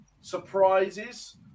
surprises